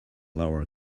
lower